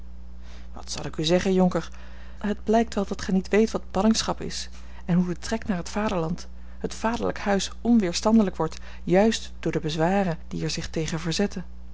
wat zal ik u zeggen jonker het blijkt wel dat gij niet weet wat ballingschap is en hoe de trek naar het vaderland het vaderlijk huis onweerstandelijk wordt juist door de bezwaren die er zich tegen verzetten